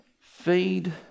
feed